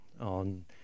on